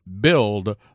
build